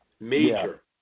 Major